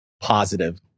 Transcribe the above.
positive